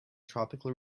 tropical